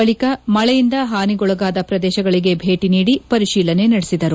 ಬಳಿಕ ಮಳೆಯಿಂದ ಹಾನಿಗೊಳಗಾದ ಪ್ರದೇಶಗಳಿಗೆ ಭೇಟಿ ನೀದಿ ಪರಿಶೀಲನೆ ನಡೆಸಿದರು